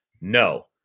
No